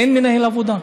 אין מנהל עבודה.